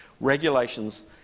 regulations